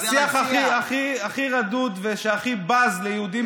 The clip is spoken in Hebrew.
השיח הכי רדוד ושהכי בז ליהודים,